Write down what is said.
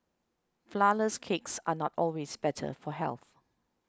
Flourless Cakes are not always better for health